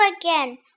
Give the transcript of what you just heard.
again